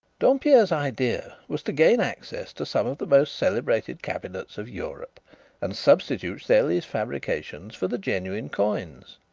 dompierre's idea was to gain access to some of the most celebrated cabinets of europe and substitute stelli's fabrications for the genuine coins.